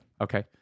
Okay